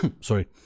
Sorry